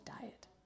diet